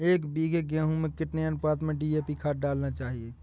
एक बीघे गेहूँ में कितनी अनुपात में डी.ए.पी खाद डालनी चाहिए?